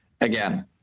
again